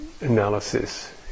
analysis